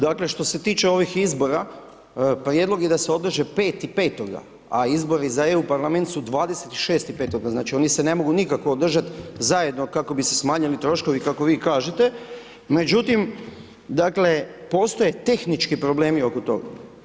Dakle, što se tiče ovih izbora, prijedlog je da se održe 5.5. a izbori za EU parlament su 26.5. znači oni se ne mogu nikako održati zajedno kako bi se smanjili troškovi kako vi kažete, međutim, dakle, postoje tehnički problemi oko toga.